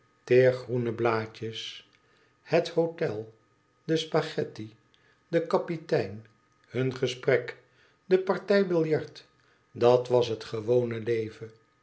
teergroene blaadjes het hotel de spaghetti de kapitein hun gesprek de partij billart dat was het gewone leven